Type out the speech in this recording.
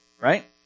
Right